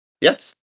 Yes